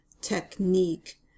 technique